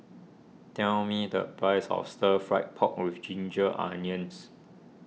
tell me the price of Stir Fry Pork with Ginger Onions